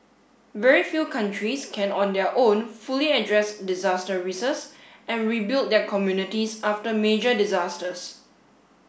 very few countries can on their own fully address disaster and rebuild their communities after major disasters